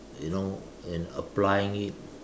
you know and applying it